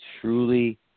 truly